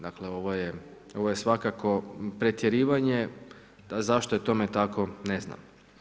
Dakle, ovo je svakako pretjerivanje, zašto je tome tako, ne znam.